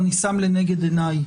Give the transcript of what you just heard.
אני שם לנגד עיניי